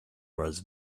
was